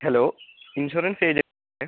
hello insurance agent അല്ലേ